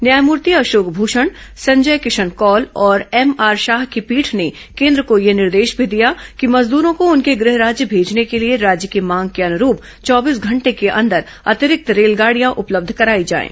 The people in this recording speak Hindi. न्यायमूर्ति अशोक भूषण संजय किशन कौल और एम आर शाह की पीठ ने केंद्र को यह निर्देश भी दिया कि मजदूरो को उनके गृह राज्य भेजने के लिए राज्यों की मांग के अनुरूप चौबीस घंटे के अंदर अतिरिक्त रेलगाड़ियां उपलब्ध कराई जाएं